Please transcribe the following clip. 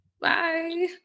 Bye